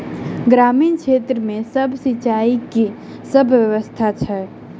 ग्रामीण क्षेत्र मे सिंचाई केँ की सब व्यवस्था छै?